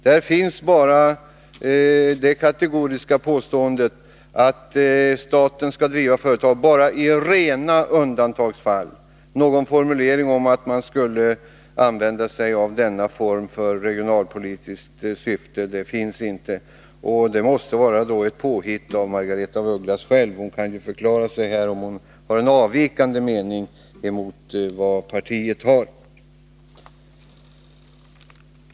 Där finns bara det kategoriska påståendet att staten skall driva företag endast i rena undantagsfall. Någon formulering om att staten skulle använda sig av denna företagsform i regionalpolitiskt syfte finns inte. Detta måste alltså vara ett påhitt av Margaretha af Ugglas själv. Hon kan ju förklara sig här, om hon har en från partiet avvikande mening.